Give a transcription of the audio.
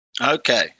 Okay